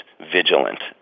vigilant